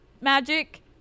magic